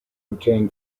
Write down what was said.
obtain